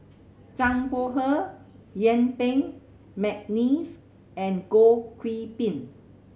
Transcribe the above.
Zhang Bohe Yuen Peng McNeice and Goh Qiu Bin